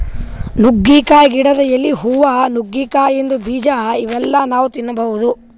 ನುಗ್ಗಿಕಾಯಿ ಗಿಡದ್ ಎಲಿ, ಹೂವಾ, ನುಗ್ಗಿಕಾಯಿದಾಗಿಂದ್ ಬೀಜಾ ಇವೆಲ್ಲಾ ನಾವ್ ತಿನ್ಬಹುದ್